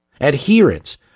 adherence